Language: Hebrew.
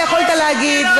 יכולת להגיב,